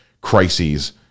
crises